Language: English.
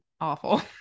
awful